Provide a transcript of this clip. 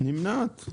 נמנעת?